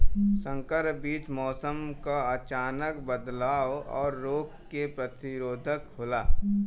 संकर बीज मौसम क अचानक बदलाव और रोग के प्रतिरोधक होला